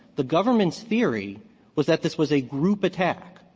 the government's theory was that this was a group attack.